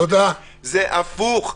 זה הפוך.